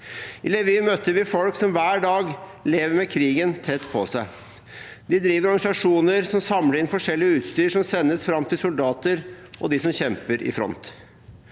I Lviv møtte vi folk som hver dag lever med krigen tett på seg. De driver organisasjoner som samler inn forskjellig utstyr som sendes fram til soldater og dem som kjemper i front.